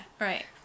Right